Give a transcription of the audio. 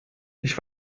ich